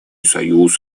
союз